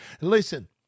Listen